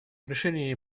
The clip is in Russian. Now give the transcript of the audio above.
расширение